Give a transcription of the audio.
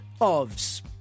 Ovs